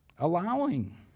Allowing